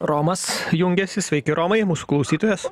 romas jungiasi sveiki romai mūsų klausytojas